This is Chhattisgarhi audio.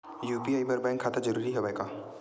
यू.पी.आई बर बैंक खाता जरूरी हवय का?